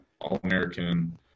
All-American